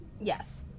Yes